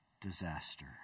disaster